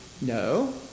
No